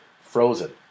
frozen